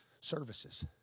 services